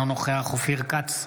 אינו נוכח אופיר כץ,